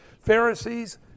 Pharisees